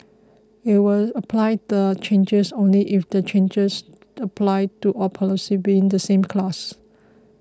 we will apply the changes only if the changes apply to all policies within the same class